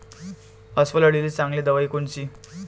अस्वल अळीले चांगली दवाई कोनची?